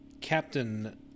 Captain